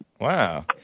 Wow